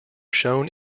shown